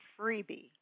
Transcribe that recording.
freebie